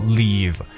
leave